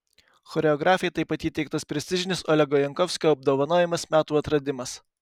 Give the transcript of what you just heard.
choreografei taip pat įteiktas prestižinis olego jankovskio apdovanojimas metų atradimas